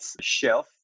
shelf